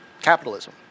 capitalism